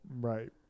Right